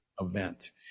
event